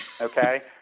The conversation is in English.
Okay